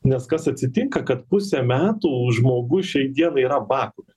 nes kas atsitinka kad pusę metų žmogus šiai dienai yra vakuume